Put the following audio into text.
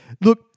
look